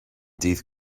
dydd